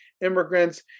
immigrants